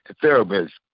therapist